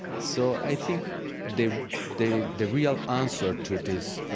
so i think the the the real answer to this, ah